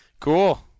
Cool